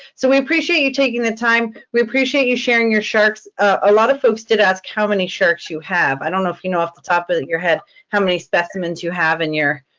so we appreciate you taking the time. we appreciate you sharing your sharks. a lot of folks did ask how many sharks you have. i don't know if you know off the top of but your head how many specimens you have in your,